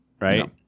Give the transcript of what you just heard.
right